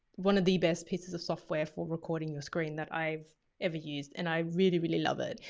one of the best pieces of software for recording your screen that i've ever used and i really, really love it.